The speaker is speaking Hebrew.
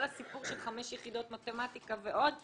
כל הסיפור של חמש יחידות מתמטיקה ועוד,